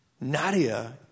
Nadia